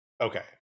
Okay